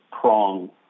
prong